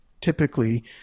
typically